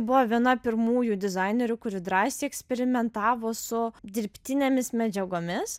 buvo viena pirmųjų dizainerių kuri drąsiai eksperimentavo su dirbtinėmis medžiagomis